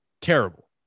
terrible